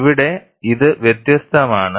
ഇവിടെ ഇത് വ്യത്യസ്തമാണ്